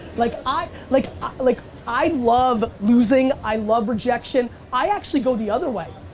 like i like like i love losing. i love rejection. i actually go the other way.